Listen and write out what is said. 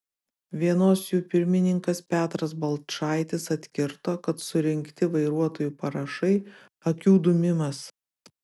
vienos jų pirmininkas petras balčaitis atkirto kad surinkti vairuotojų parašai akių dūmimas